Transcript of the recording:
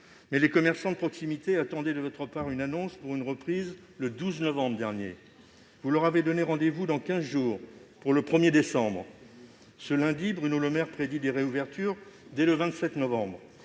mais les commerçants de proximité attendaient de votre part une annonce pour une reprise le 12 novembre dernier. Vous leur avez donné rendez-vous dans quinze jours, pour le 1décembre. Ce lundi, Bruno Le Maire prédit des réouvertures dès le 27 novembre